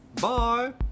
bye